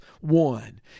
one